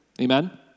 Amen